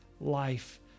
life